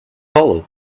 hollow